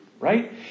Right